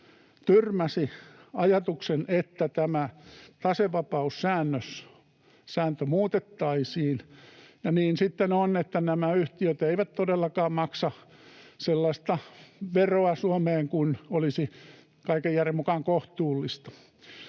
tyrmäsi ajatuksen, että tämä tasevapaussääntö muutettaisiin, ja niin sitten on, että nämä yhtiöt eivät todellakaan maksa sellaista veroa Suomeen kuin olisi kaiken järjen mukaan kohtuullista.